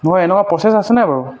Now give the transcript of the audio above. নহয় এনেকুৱা প্ৰচেছ আছে নাই বাৰু